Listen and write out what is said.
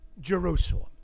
Jerusalem